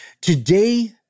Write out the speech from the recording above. Today